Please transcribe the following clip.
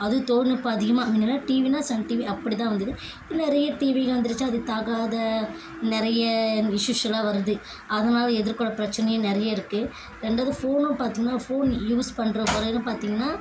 அது தொழில்நுட்பம் அதிகமாக மு ன்னடிலாம் டிவின்னா சன் டிவி அப்படிதான் வந்தது இப்போ நிறைய டிவியெலாம் வந்துருச்சு அது தகாத நிறைய இஷ்யூஸெலாம் வருது அதனால் எதிர்கொள்கிற பிரச்சினையும் நிறைய இருக்குது ரெண்டுக்கும் ஃபோனும் பார்த்தீங்கன்னா ஃபோன் யூஸ் பண்ணுற முறைகளும் பார்த்தீங்கன்னா